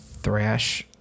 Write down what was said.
Thrash